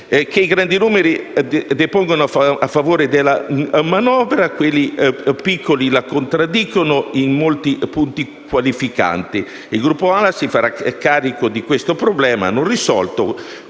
I grandi numeri depongono a favore della manovra, quelli piccoli la contraddicono in molti punti qualificanti. Il Gruppo AL-A si farà carico di questo problema non risolto